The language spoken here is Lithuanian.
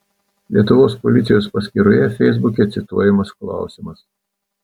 lietuvos policijos paskyroje feisbuke cituojamas klausimas